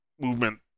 movement